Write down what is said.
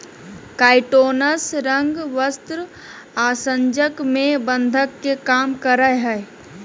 काइटोनस रंग, वस्त्र और आसंजक में बंधक के काम करय हइ